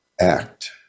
act